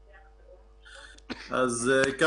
--- שלום.